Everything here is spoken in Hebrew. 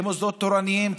למוסדות תורניים,